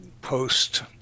post